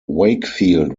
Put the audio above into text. wakefield